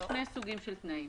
יש שני סוגים של תנאים.